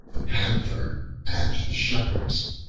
the panther and the shepherds